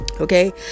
okay